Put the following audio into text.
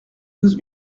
douze